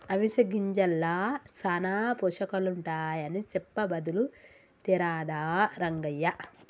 అవిసె గింజల్ల సానా పోషకాలుంటాయని సెప్పె బదులు తేరాదా రంగయ్య